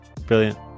Brilliant